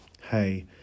hey